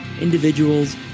individuals